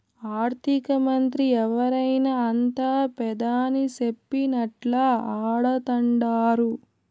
ఆర్థికమంత్రి ఎవరైనా అంతా పెదాని సెప్పినట్లా ఆడతండారు